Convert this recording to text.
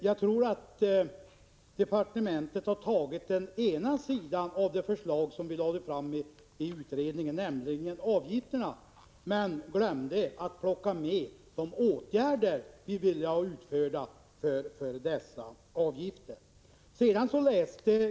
Jag tror att departementet har tagit fasta på en del av det förslag som vi lade fram i utredningen, nämligen avgifterna, men glömt att plocka med de åtgärder som vi ville ha utförda för dessa avgifter.